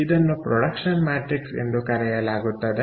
ಇದನ್ನು production matrix ಎಂದು ಕರೆಯಲಾಗುತ್ತದೆ